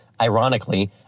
Ironically